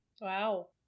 Wow